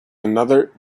another